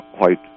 white